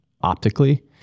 optically